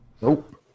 Nope